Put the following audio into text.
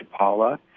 Chapala